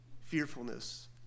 fearfulness